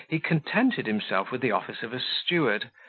he contented himself with the office of a steward,